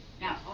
Now